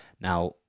Now